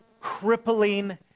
crippling